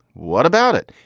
what about it?